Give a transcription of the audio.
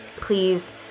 please